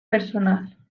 personal